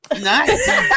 Nice